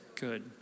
good